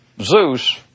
Zeus